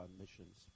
missions